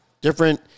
Different